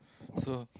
so